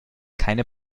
keine